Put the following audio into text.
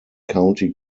county